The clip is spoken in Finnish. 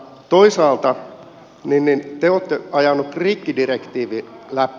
toisaalta te olette ajaneet rikkidirektiivin läpi